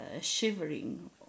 shivering